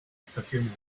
estaciones